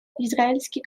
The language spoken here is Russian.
израильский